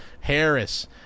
Harris